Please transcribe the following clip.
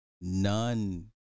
None